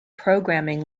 programming